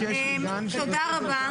תודה רבה.